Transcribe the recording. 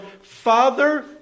father